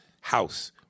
house